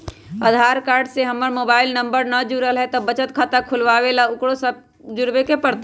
आधार card से हमर mobile number न जुरल है त बचत खाता खुलवा ला उकरो जुड़बे के पड़तई?